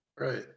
Right